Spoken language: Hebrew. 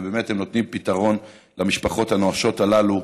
ובאמת אתם נותנים פתרון למשפחות הנואשות הללו,